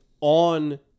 on